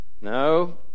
No